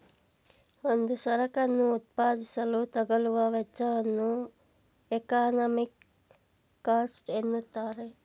ಒಂದು ಸರಕನ್ನು ಉತ್ಪಾದಿಸಲು ತಗಲುವ ವೆಚ್ಚವನ್ನು ಎಕಾನಮಿಕ್ ಕಾಸ್ಟ್ ಎನ್ನುತ್ತಾರೆ